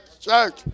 Church